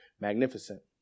magnificent